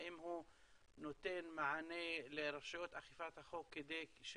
האם הוא נותן מענה לרשויות אכיפת החוק כדי שבאמת